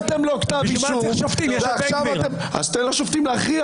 תן לשופטים להכריע.